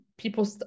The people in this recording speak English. People